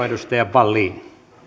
edustaja wallin